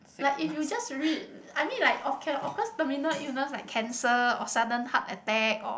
like if you just read I mean like okay of course terminal illness like cancer or sudden heart attack or